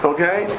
Okay